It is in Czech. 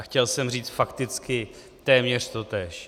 Chtěl jsem říct fakticky téměř totéž.